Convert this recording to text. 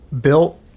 built